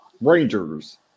Rangers